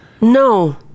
no